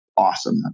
Awesome